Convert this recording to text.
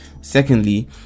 secondly